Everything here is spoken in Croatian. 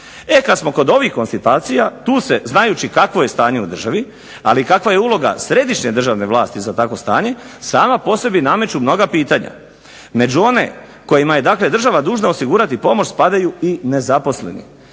E kad smo kod ovih konstatacija, tu se znajući kakvo je stanje u državi, ali kakva je uloga središnje državne vlasti za takvo stanje, sama po sebi nameću mnoga pitanja. Među one kojima je dakle država dužna osigurati pomoć spadaju i nezaposleni,